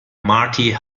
marty